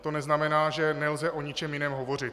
To neznamená, že nelze o ničem jiném hovořit.